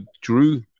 drew